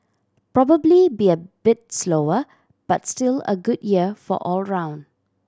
probably be a bit slower but still a good year all around